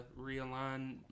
realign